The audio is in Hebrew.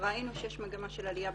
ראינו שיש מגמה של עלייה.